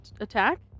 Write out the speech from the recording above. attack